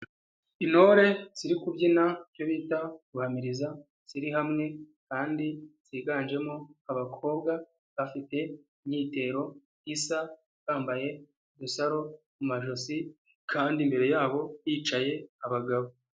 Intore ziri kubyina icyo bita ru guhamiriza ziri hamwe kandi ziganjemo abakobwa, bafite imyitero isa, bambaye udusaro ku majosi kandi imbere yabo hicaye abagabo.